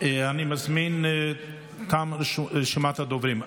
תמה רשימת הדוברים.